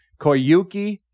Koyuki